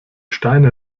steine